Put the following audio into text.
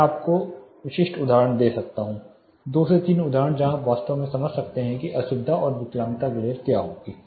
मैं आपको विशिष्ट उदाहरण दे सकता हूं दो से तीन उदाहरण जहां आप वास्तव में समझ सकते हैं कि असुविधा और विकलांगता ग्लेर क्या होगी